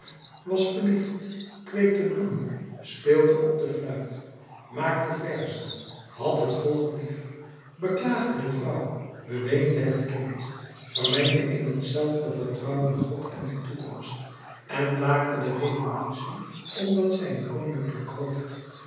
was verliefd kweekte bloemen speelde op de fluit maakte verzen had het volk lief beklaagde de vrouw beweende het kind vermengde in hetzelfde vertrouwen god en de toekomst en laakte de revolutie omdat zij een